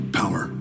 power